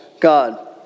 God